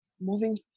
moving